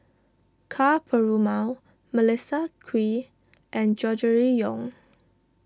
Ka Perumal Melissa Kwee and Gregory Yong